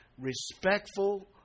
respectful